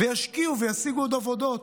וישקיעו וישיגו עוד עבודות.